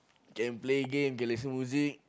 can play game can listen music